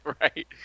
right